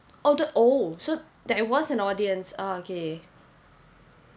although oh so there was an audience ah K